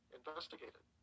investigated